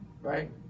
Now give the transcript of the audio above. Right